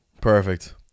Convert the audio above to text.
perfect